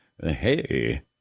Hey